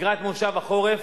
לקראת מושב החורף,